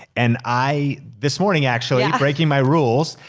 and i this morning actually, yeah breaking my rules,